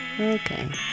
Okay